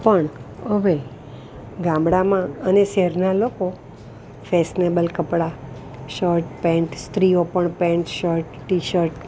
પણ હવે ગામડામાં અને શહેરનાં લોકો ફેશનેબલ કપડાં શર્ટ પેન્ટ સ્ત્રીઓ પણ પેન્ટ શર્ટ ટી શર્ટ